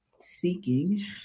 seeking